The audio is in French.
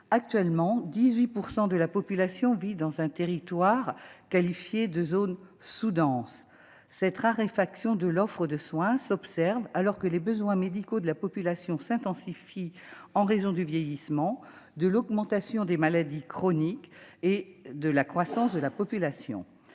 Actuellement, 18 % de la population vit dans un territoire qualifié de « zone sous-dense ». Cette raréfaction de l'offre de soins s'observe alors même que les besoins médicaux de la population s'intensifient en raison du vieillissement, de l'augmentation des maladies chroniques et de la croissance de la population.